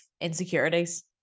insecurities